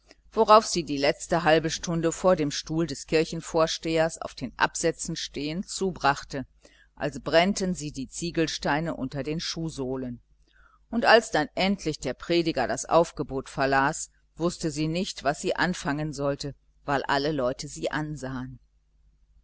worauf sie die letzte halbe stunde vor dem stuhl des kirchenvorstehers auf den absätzen stehend zubrachte als brennten sie die ziegelsteine durch die schuhsohlen und als dann endlich der prediger das aufgebot verlas wußte sie nicht was sie anfangen sollte weil alle leute sie ansahen